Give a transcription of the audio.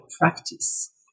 practice